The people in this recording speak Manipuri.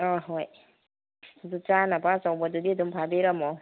ꯍꯣꯏ ꯑꯗꯨ ꯆꯥꯅꯕ ꯑꯆꯧꯕꯗꯨꯗꯤ ꯑꯗꯨꯝ ꯐꯥꯕꯤꯔꯝꯃꯣ